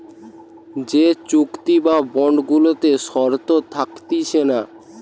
যে চুক্তি বা বন্ড গুলাতে শর্ত থাকতিছে না